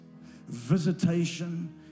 visitation